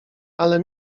ale